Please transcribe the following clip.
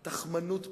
אלא תכמנות פוליטית.